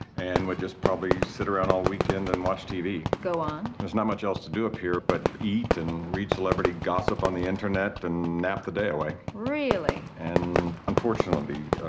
and we'd just probably sit around all weekend and watch tv. go on. there's not much else to do up here but eat and read celebrity gossip on internet, and nap the day away. really? and unfortunately,